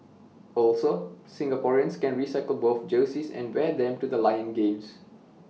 also Singaporeans can recycle both jerseys and wear them to the lions games